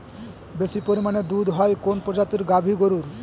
বেশি পরিমানে দুধ হয় কোন প্রজাতির গাভি গরুর?